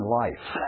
life